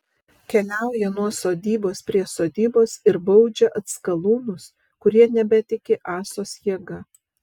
keliauja nuo sodybos prie sodybos ir baudžia atskalūnus kurie nebetiki ąsos jėga